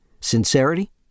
Sincerity